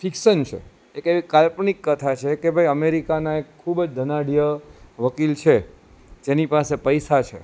friction છે એક એવી કાલ્પનિક કથા છે કે અમેરિકાના ખૂબ જ ધનાઢ્ય વકીલ છે જેની પાસે પૈસા છે